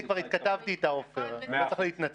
אני כבר התכתבתי איתה, עפר, לא צריך להתנצל.